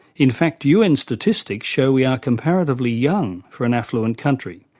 in fact un statistics show we are comparatively young for an affluent country.